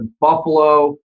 Buffalo